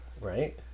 Right